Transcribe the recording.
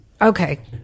Okay